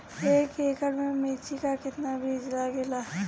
एक एकड़ में मिर्चा का कितना बीज लागेला?